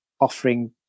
offering